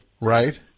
Right